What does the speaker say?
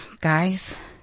guys